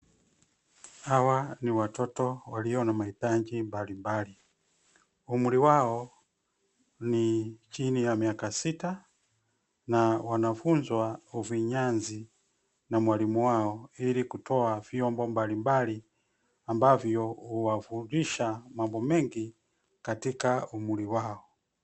Hawa ni watoto walio na mahitaji mbalimbali. Umri wao ni chini ya miaka sita na wanafunzwa ufinyanzi na mwalimu wao ili kutoa vyombo mbalimbali ambavyo huwafundisha mambo mengi katika umri wao.